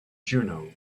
juno